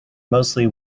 mostly